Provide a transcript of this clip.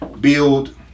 build